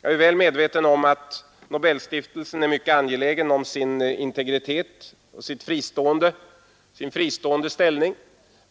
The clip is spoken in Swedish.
Jag är väl medveten om att Nobelstiftelsen är mycket angelägen om sin integritet, sin fristående ställning.